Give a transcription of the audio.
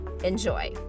Enjoy